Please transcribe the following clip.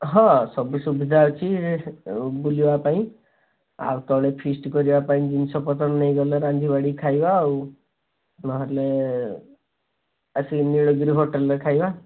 ହଁ ସବୁ ସୁବିଧା ଅଛି ସେ ବୁଲିବା ପାଇଁ ଆଉ ତଳେ ଫିଷ୍ଟ୍ କରିବା ପାଇଁ ଜିନିଷ ପତ୍ର ନେଇଗଲେ ରାନ୍ଧି ବାଢ଼ି ଖାଇବା ଆଉ ନହେଲେ ଆସିକି ନୀଳଗିରି ହୋଟେଲ୍ରେ ଖାଇବା